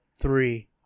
three